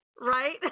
Right